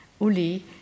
Uli